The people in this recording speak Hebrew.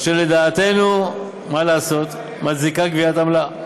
אשר לדעתנו, מה לעשות, מצדיקה גביית עמלה.